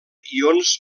ions